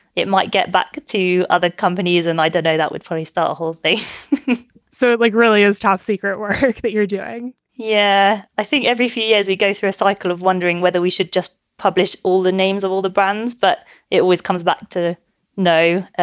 it might get back to other companies. and i dunno, that would freestyle so it like really is top secret work that you're doing yeah, i think every few years we go through a cycle of wondering whether we should just publish all the names of all the brands. but it always comes back to no,